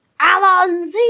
Alonzi